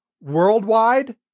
worldwide